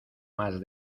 más